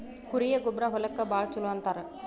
ಕುರಿಯ ಗೊಬ್ಬರಾ ಹೊಲಕ್ಕ ಭಾಳ ಚುಲೊ ಅಂತಾರ